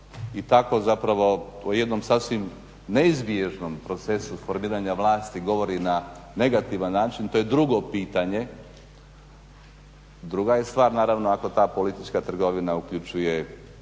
i tako zapravo o jednom sasvim neizbježnom procesu formiranja vlasti govori na negativan način to je drugo pitanje. Druga je stvar naravno ako ta politička trgovina uključuje